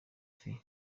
faits